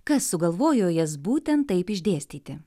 kas sugalvojo jas būtent taip išdėstyti